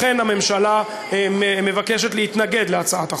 לכן הממשלה מבקשת להתנגד להצעת החוק.